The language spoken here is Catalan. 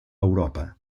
europa